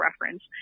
reference